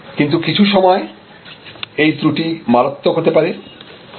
কিন্তু কিছু সময় এই ত্রুটি মারাত্মক হতে পারে